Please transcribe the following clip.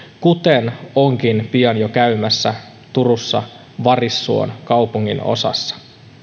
kuten onkin pian jo käymässä turussa varissuon kaupunginosassa